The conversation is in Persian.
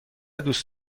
دوست